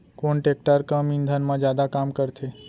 कोन टेकटर कम ईंधन मा जादा काम करथे?